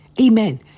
Amen